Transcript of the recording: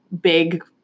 big